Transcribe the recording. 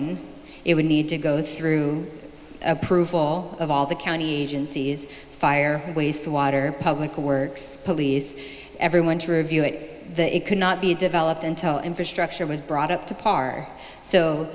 and it would need to go through approval of all the county agencies fire waste water public works police everyone to review it it cannot be developed until infrastructure was brought up to par so